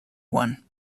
one